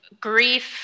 grief